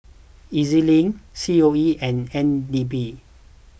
E Z Link C O E and N D P